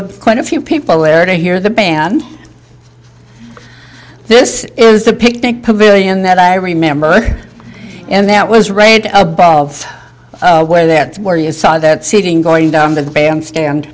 d quite a few people there to hear the band this is the picnic pavilion that i remember and that was rated above where that's where you saw that seating going down the bandstand